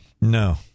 No